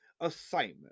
assignment